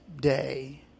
day